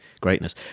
greatness